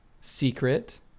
Secret